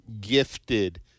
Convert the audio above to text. gifted